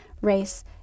race